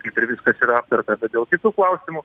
kaip ir viskas yra verta bet dėl kitų klausimų